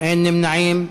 אין נמנעים.